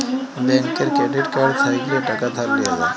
ব্যাংকের credit card থ্যাইকলে টাকা ধার লিয়া যায়